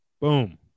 Boom